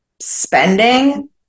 spending